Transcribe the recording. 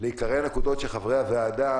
לעיקרי נקודות כך שחברי הוועדה